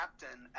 captain